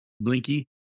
Blinky